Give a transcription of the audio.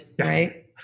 right